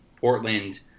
Portland